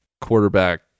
quarterback